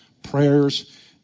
prayers